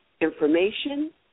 information